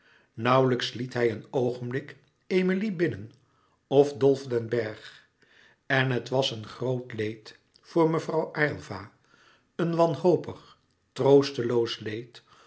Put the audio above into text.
nauwlijks liet hij een oogenblik emilie binnen of dolf den bergh en het was een groot leed voor mevrouw aylva een wanhopig troosteloos leed